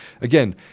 Again